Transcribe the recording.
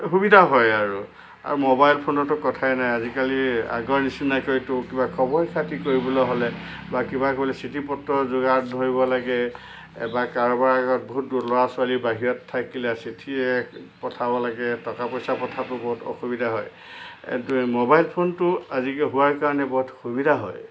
সুবিধা হয় আৰু আৰু মোবাইল ফোনৰতো কথাই নাই আজিকালি আগৰ নিচিনাকৈতো কিবা খবৰ খাতি কৰিবলৈ হ'লে বা কিবা কৰি চিঠি পত্ৰৰ যোগান ধৰিব লাগে বা কাৰোবাৰ আগত বহুতো ল'ৰা ছোৱালী বাহিৰত থাকিলে চিঠিৰে পঠাব লাগে টকা পইচা কথাতো বহুত অসুবিধা হয় এইটোৱে মোবাইল ফোনটো আজিকালি হোৱা কাৰণে বহুত সুবিধা হ'ল